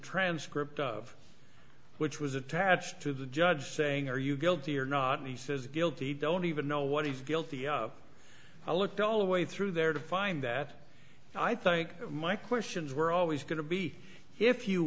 transcript of which was attached to the judge saying are you guilty or not and he says guilty don't even know what he's guilty of i looked all the way through there to find that i think my questions were always going to be if you